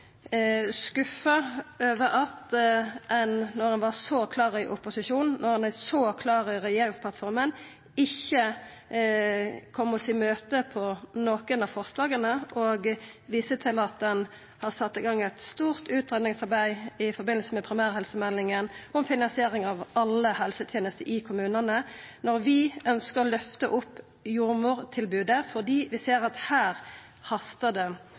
skuffa over at ein – når ein var så klar i opposisjon, og når ein er så klar i regjeringsplattforma – ikkje kom oss i møte på nokon av forslaga og viser til at ein har sett i gang eit stort utgreiingsarbeid i samband med primærhelsemeldinga om finansiering av alle helsetenester i kommunane, når vi ønskjer å løfta opp jordmortilbodet fordi vi ser at her hastar det